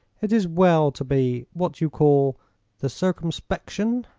it is well to be what you call the circumspection.